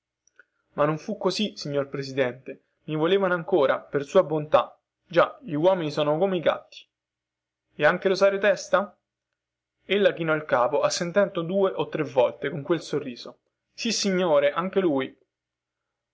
ma non fu così signor presidente mi volevano ancora per sua bontà già gli uomini sono come i gatti e anche rosario testa ella chinò il capo assentendo due o tre volte con quel sorriso sissignore anche lui